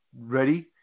ready